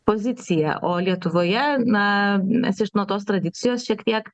poziciją o lietuvoje na mes nuo tos tradicijos šiek tiek